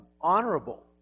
honorable